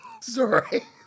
sorry